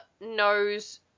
knows